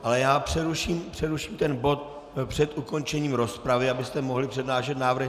Ale já přeruším ten bod před ukončením rozpravy, abyste mohli přednášet návrhy.